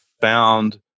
found